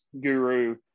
guru